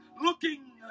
looking